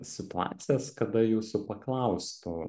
situacijas kada jūsų paklaustų